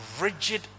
rigid